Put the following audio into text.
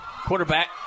Quarterback